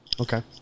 okay